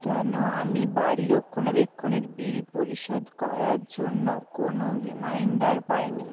কেন আমি বাড়ি রক্ষণাবেক্ষণের বিল পরিশোধ করার জন্য কোনো রিমাইন্ডার পাইনি